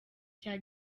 cya